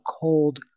cold